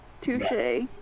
touche